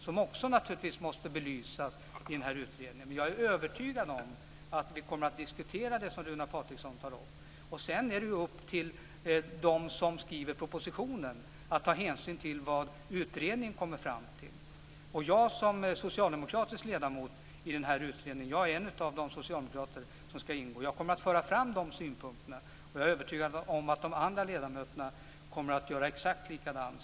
Det måste naturligtvis också belysas i utredningen. Jag är övertygad om att vi kommer att diskutera det som Runar Patriksson tar upp. Sedan är det upp till dem som skriver propositionen att ta hänsyn till vad utredningen kommer fram till. Jag är en av de socialdemokrater som kommer att ingå i utredningen. Jag kommer att föra fram de synpunkterna. Jag är övertygad om att de andra ledamöterna kommer att göra exakt likadant.